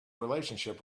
relationship